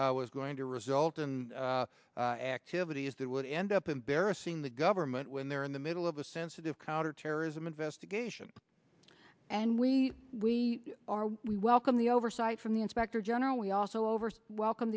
was going to result in activities that would end up embarrassing the government when they're in the middle of a sensitive counter terrorism investigation and we we are we welcome the oversight from the inspector general we also oversee welcome